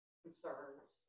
concerns